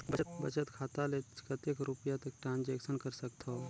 बचत खाता ले कतेक रुपिया तक ट्रांजेक्शन कर सकथव?